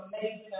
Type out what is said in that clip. amazing